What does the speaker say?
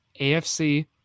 AFC